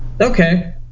Okay